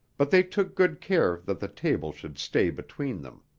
but they took good care that the table should stay between them.